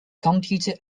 computer